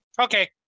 Okay